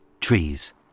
trees